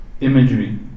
imagery